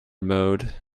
mode